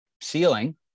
ceiling